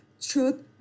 Truth